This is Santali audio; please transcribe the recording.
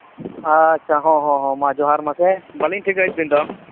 ᱟᱪᱪᱷᱟ ᱦᱚᱸ ᱦᱚᱸ ᱢᱟ ᱡᱚᱸᱦᱟᱨ ᱢᱟᱥᱮ ᱵᱟᱹᱞᱤᱧ ᱴᱷᱤᱠᱟᱹᱭᱮᱫ ᱵᱤᱱ ᱫᱚ